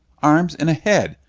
arms and a head!